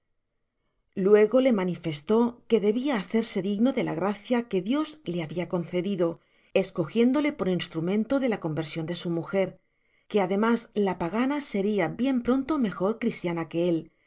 luego le manifestó que debia hacerse digno de la gracia que dios le habia concedido escogiéndole por ins t tramentt de la conversion de su mujer que ademas la pagana seria bien pronto mejor cristiana que él